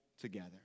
together